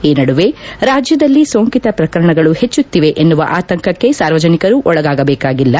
ಈ ನಡುವೆ ರಾಜ್ಯದಲ್ಲಿ ಸೋಂಕಿತ ಪ್ರಕರಣಗಳು ಹೆಚ್ಚುಕ್ತಿವೆ ಎನ್ನುವ ಆತಂಕಕ್ಷೆ ಸಾರ್ವಜನಿಕರು ಒಳಗಾಗಬೇಕಾಗಿಲ್ಲ